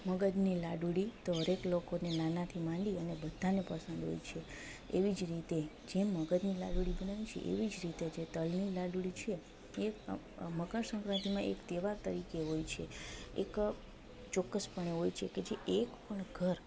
મગજની લાડુળી તો હરએક લોકોને નાનાથી માંડીને બધાને પસંદ હોય છે એવી જ રીતે જે મગજની લાડુળી બનાવી છે એવી જ રીતે જે તલની લાડુળી છે એ મકર સંક્રાંતિમાં એક તહેવાર તરીકે હોય છે એક ચોક્કસ પણે હોય છે કે જે એક પણ ઘર